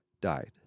died